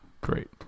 Great